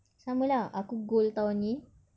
sama lah aku goal tahun ni